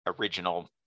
original